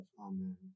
Amen